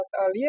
earlier